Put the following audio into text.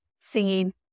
singing